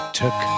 took